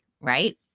right